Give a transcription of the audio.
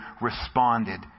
responded